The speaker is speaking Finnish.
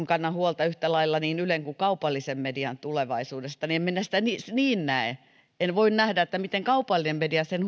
kannan huolta yhtä lailla niin ylen kuin kaupallisen median tulevaisuudesta niin en minä sitä niin niin näe en voi nähdä että kaupallinen media sen